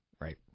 Right